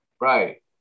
right